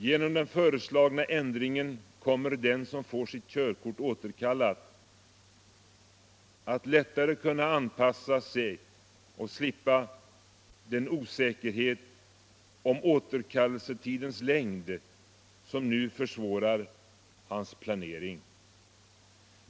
Genom den föreslagna ändringen kommer den som får sitt körkort återkallat att lättare kunna anpassa sig och slippa den osäkerhet om återkallelsetidens längd som nu försvårar hans planering.